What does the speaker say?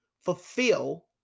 fulfill